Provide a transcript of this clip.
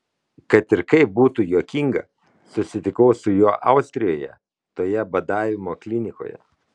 kad ir kaip būtų juokinga susitikau su juo austrijoje toje badavimo klinikoje